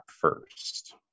first